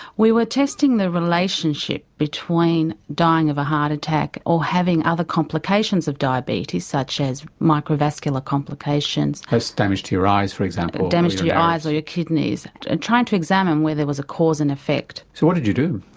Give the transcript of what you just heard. we were testing the relationship between dying of a heart attack, or having other complications of diabetes such as micro vascular complications. that's damage to your eyes for example? damage to your eyes or your kidneys and trying to examine whether there was a cause and effect. so what did you do?